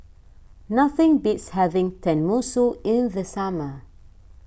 nothing beats having Tenmusu in the summer